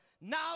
Now